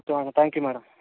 okay madam thank you madam